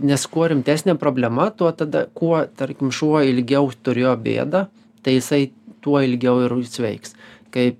nes kuo rimtesnė problema tuo tada kuo tarkim šuo ilgiau turėjo bėdą tai jisai tuo ilgiau ir veiks kaip